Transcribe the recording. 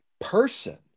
person